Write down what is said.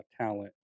talent